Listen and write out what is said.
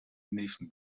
indischen